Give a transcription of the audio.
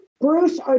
Bruce